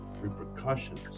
Repercussions